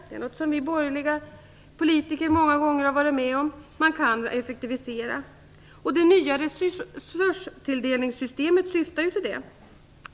Det är något som vi borgerliga politiker många gånger har varit med om att besluta. Man kan effektivisera. Det nya resurstilldelningssystemet syftar ju till det.